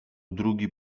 drugi